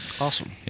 Awesome